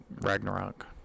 Ragnarok